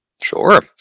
Sure